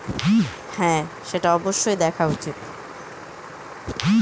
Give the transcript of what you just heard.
যখন কেউ তোমাকে চেক দেবে, ভালো করে দেখে নেবে যাতে চেক জালিয়াতি না হয়